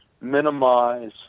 minimize